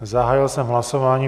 Zahájil jsem hlasování.